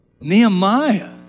Nehemiah